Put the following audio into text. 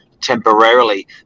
temporarily